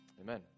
amen